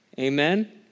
Amen